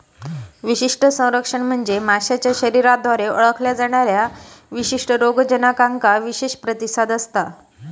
विशिष्ट संरक्षण म्हणजे माशाच्या शरीराद्वारे ओळखल्या जाणाऱ्या विशिष्ट रोगजनकांका विशेष प्रतिसाद असता